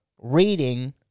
reading